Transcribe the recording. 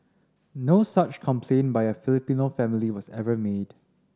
no such complaint by a Filipino family was ever made